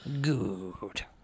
Good